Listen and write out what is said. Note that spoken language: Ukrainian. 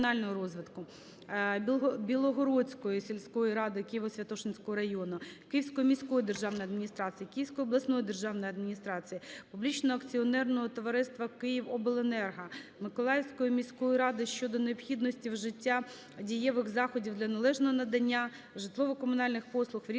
Білогородської сільської ради Києво-Святошинського району, Київської міської державної адміністрації, Київської обласної державної адміністрації, Публічного акціонерного товариства «Київобленерго», Миколаївської міської ради щодо необхідності вжиття дієвих заходів для належного надання житлово-комунальних послуг в різних регіонах